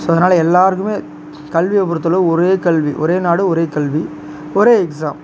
so அதனால எல்லாருக்குமே கல்வியை பொறுத்தளவு ஒரே கல்வி ஒரே நாடு ஒரே கல்வி ஒரே எக்ஸாம்